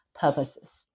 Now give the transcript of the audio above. purposes